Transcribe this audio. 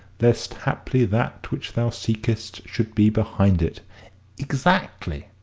lest haply that which thou seekest should be behind it exactly,